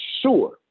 sure